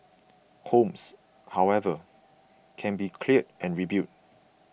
homes however can be cleared and rebuilt